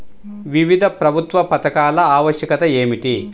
వివిధ ప్రభుత్వ పథకాల ఆవశ్యకత ఏమిటీ?